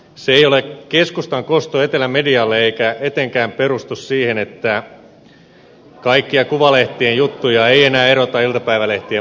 se ei ole keskustan kosto etelän medialle eikä etenkään perustu siihen että kaikkia kuvalehtien juttuja ei enää erota iltapäivälehtien vastaavista